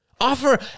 Offer